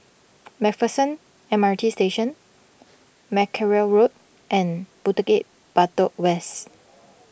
MacPherson M R T Station Mackerrow Road and Bukit Batok West